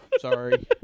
sorry